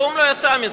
כלום לא יצא מזה,